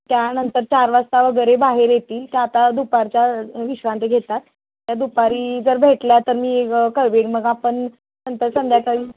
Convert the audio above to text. त्यानंतर चार वाजता वगैरे बाहेर येतील त्या आता दुपारच्या विश्रांती घेतात त्या दुपारी जर भेटल्या तर मी व कळवीन मग आपण नंतर संध्याकाळी